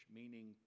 meaning